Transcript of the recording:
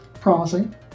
promising